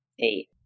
eight